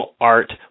art